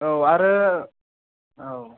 औ आरो औ